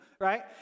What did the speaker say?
right